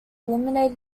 eliminated